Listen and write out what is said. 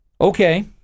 Okay